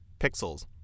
Pixels